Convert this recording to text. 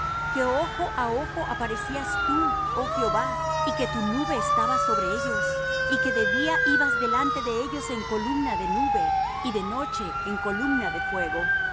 que ojo á ojo aparecías tú oh jehová y que tu nube estaba sobre ellos y que de día ibas delante de ellos en columna de nube y de noche en columna de fuego y